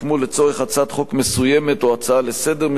הצעת חוק מסוימת או הצעה מסוימת לסדר-היום.